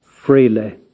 freely